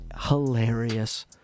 hilarious